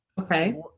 Okay